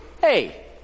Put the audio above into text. Hey